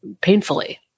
painfully